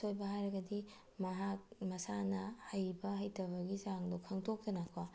ꯑꯁꯣꯏꯕ ꯍꯥꯏꯔꯒꯗꯤ ꯃꯍꯥꯛ ꯃꯁꯥꯅ ꯍꯩꯕ ꯍꯩꯇꯕꯒꯤ ꯆꯥꯡꯗꯣ ꯈꯪꯗꯣꯛꯇꯅ ꯀꯣ